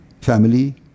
family